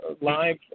live